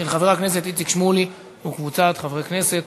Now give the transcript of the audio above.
של חבר הכנסת איציק שמולי וקבוצת חברי הכנסת.